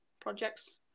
projects